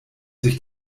sich